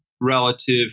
relative